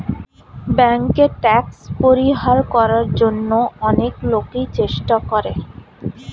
ব্যাংকে ট্যাক্স পরিহার করার জন্য অনেক লোকই চেষ্টা করে